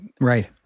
Right